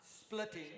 splitting